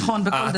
נכון, בכל דרך.